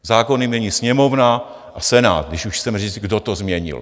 Zákony mění Sněmovna a Senát, když už chceme říct, kdo to změnil.